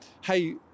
hey